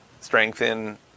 strengthen